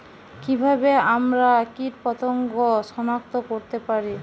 কিভাবে আমরা কীটপতঙ্গ সনাক্ত করতে পারি?